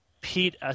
Pete